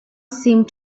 seemed